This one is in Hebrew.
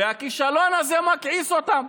והכישלון הזה מכעיס אותם.